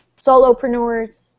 solopreneurs